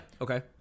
okay